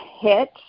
hit